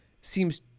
seems